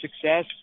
success